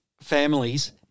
families